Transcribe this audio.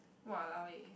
!walao! eh